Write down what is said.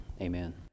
Amen